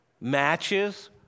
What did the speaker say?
matches